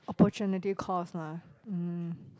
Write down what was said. opportunity cost lah mm